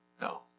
No